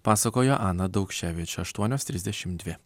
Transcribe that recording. pasakojo ana daukševič aštuonios trisdešim dvi